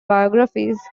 biographies